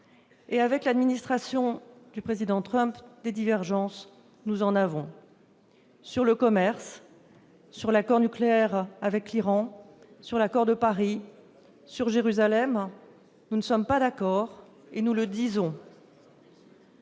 Avec l'administration du Président Trump, des divergences, nous en avons : sur le commerce, sur l'accord nucléaire avec l'Iran, sur l'accord de Paris, sur Jérusalem, nous ne sommes pas d'accord, et nous le disons.